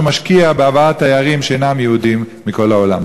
משקיע בהבאת תיירים שאינם יהודים מכל העולם.